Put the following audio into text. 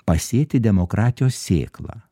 pasėti demokratijos sėklą